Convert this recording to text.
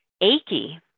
achy